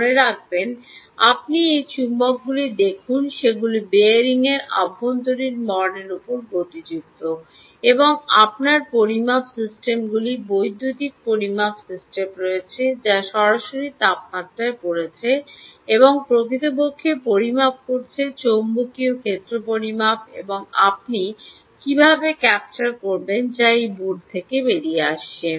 মনে রাখবেন আপনি এই চৌম্বকগুলি দেখুন সেগুলি বেয়ারিংয়ের অভ্যন্তরীণ বর্ণের উপর গতিযুক্ত এবং আপনার পরিমাপ সিস্টেমগুলি বৈদ্যুতিন পরিমাপ সিস্টেম রয়েছে যা সরাসরি তাপমাত্রা পড়ছে এবং প্রকৃতপক্ষে পরিমাপ করছে চৌম্বকীয় ক্ষেত্র পরিমাপ এবং আপনি কীভাবে ক্যাপচার করবেন যা এই বোর্ড থেকে আসে